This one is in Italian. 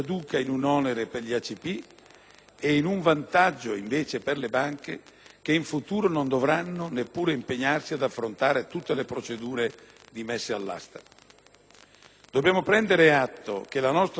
e in un vantaggio invece per le banche, che in futuro non dovranno neppure impegnarsi ad affrontare tutte le procedure di messa all'asta. Dobbiamo prendere atto che la nostra società sta cambiando